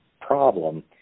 problem